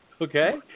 okay